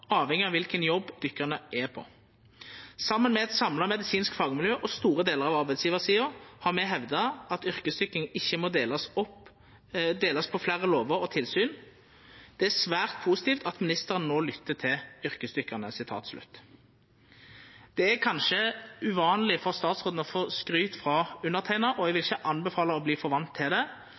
avhengig av hvilken jobb dykkerne er på. Sammen med et samla medisinsk fagmiljø og store deler av arbeidsgiversiden, har vi hevdet at yrkesdykking ikke må deles på flere lover og tilsyn. Det er svært positivt at ministeren nå lytter til yrkesdykkerne.» Det er kanskje uvanleg for statsråden å få skryt frå underteikna, og eg vil ikkje anbefala å verta for van med det,